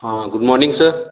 हाँ good morning sir